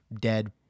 dead